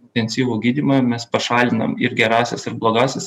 intensyvų gydymą mes pašalinam ir gerąsias ir blogąsias